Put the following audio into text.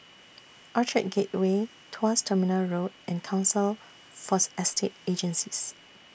Orchard Gateway Tuas Terminal Road and Council Force Estate Agencies